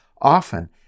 Often